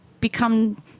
become